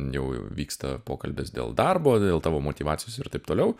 jau vyksta pokalbis dėl darbo dėl tavo motyvacijos ir taip toliau